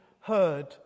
heard